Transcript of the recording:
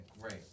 great